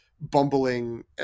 bumbling